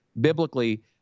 biblically